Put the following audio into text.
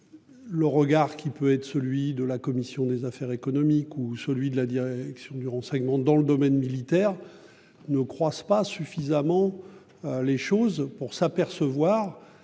Le regard qui peut être celui de la commission des affaires économiques ou celui de la Direction du renseignement dans le domaine militaire ne croissent pas suffisamment. Les choses pour s'apercevoir